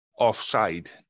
offside